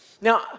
Now